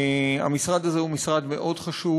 המשרד הזה הוא משרד מאוד חשוב.